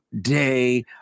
day